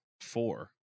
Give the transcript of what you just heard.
four